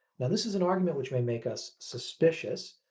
and this is an argument which may make us suspicious.